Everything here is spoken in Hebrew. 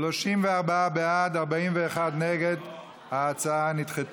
את הצעת